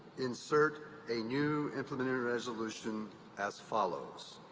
insert a new implementing resolution as follows